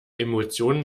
emotionen